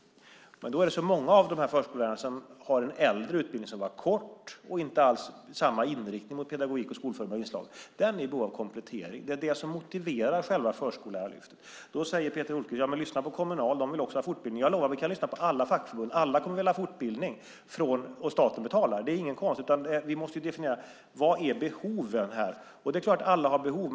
Men eftersom det är så många av förskollärarna som har en äldre utbildning som var kort och inte alls hade samma inriktning på pedagogik och skolförberedande inslag finns det ett behov av komplettering. Det är det som motiverar själva förskollärarlyftet. Då säger Peter Hultqvist: Ja, men lyssna på Kommunal. De vill också ha fortbildning. Jag lovar, vi kan lyssna på alla fackförbund. Alla kommer att vilja ha fortbildning om staten betalar. Det är inget konstigt. Men vi måste definiera vad som är behoven här. Det är klart att alla har behov.